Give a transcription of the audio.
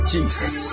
Jesus